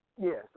Yes